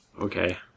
Okay